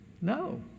No